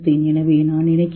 எனவே நான் நினைக்கவில்லை